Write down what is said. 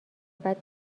بعد